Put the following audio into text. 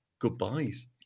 Goodbyes